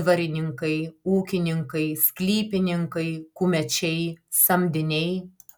dvarininkai ūkininkai sklypininkai kumečiai samdiniai